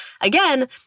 again